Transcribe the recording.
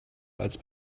als